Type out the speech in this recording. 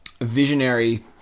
visionary